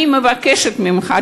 אני מבקשת ממך,